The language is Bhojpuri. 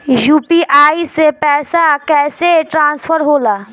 यू.पी.आई से पैसा कैसे ट्रांसफर होला?